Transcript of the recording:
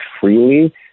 freely